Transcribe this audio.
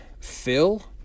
Phil